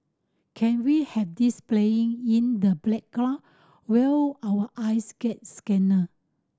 can we have this playing in the playground while our eyes get scanned